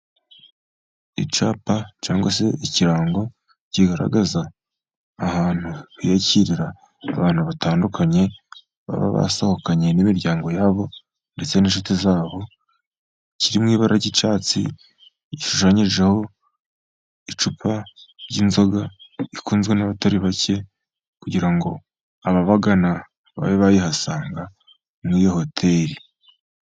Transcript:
Icyapa cyangwa se ikirango kigaragaza ahantu biyakirira abantu batandukanye, baba basohokanye n'imiryango yabo ndetse n'inshuti zabo, kiri mu ibara ry'icyatsi gishushanyijeho icupa ry'inzoga ikunzwe n'abatari bake, kugira ngo ababagana babe bayihasanga muri iyo hoteli.